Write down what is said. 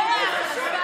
לסיים.